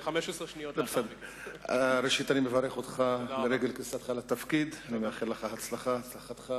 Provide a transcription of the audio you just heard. אני מברך אותך לרגל כניסתך לתפקיד ומאחל לך הצלחה.